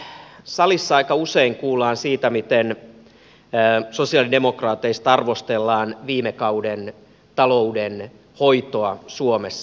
täällä salissa aika usein kuullaan siitä miten sosialidemokraateista arvostellaan viime kauden taloudenhoitoa suomessa